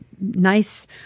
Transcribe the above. nice